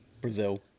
Brazil